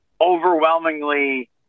overwhelmingly